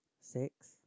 Six